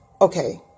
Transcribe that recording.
Okay